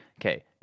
Okay